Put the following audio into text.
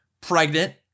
pregnant